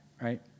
right